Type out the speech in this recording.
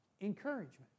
encouragement